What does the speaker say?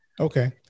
Okay